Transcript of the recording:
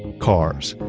cars.